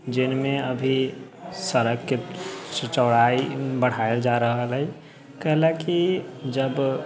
जिनमे अभी सड़कके चौड़ाइ बढ़ायल जा रहल अइ कैलाकी जब